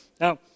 now